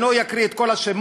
אני לא אקריא את כל השמות,